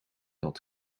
had